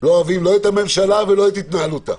- לא את הממשלה ולא את התנהלותה.